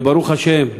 וברוך השם,